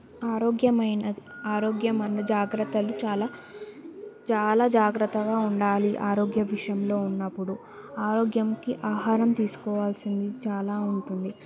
ఆరోగ్యమైనది ఆరోగ్య మన జాగ్రత్తలు చాలా చాలా జాగ్రత్తగా ఉండాలి ఆరోగ్య విషయంలో ఉన్నప్పుడు ఆరోగ్యంకి ఆహారం తీసుకోవాల్సింది చాలా ఉంటుంది